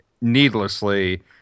needlessly